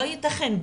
לא ייתכן,